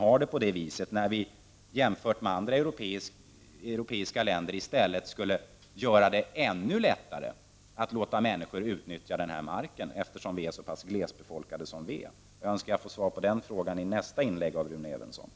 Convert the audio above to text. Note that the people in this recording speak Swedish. Sverige är så glesbefolkat att Sverige jämfört med andra europeiska länder i stället borde göra det ännu lättare för människor att utnyttja marken. Jag hoppas att jag får svar på den frågan i Rune Evenssons nästa inlägg.